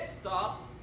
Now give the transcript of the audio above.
stop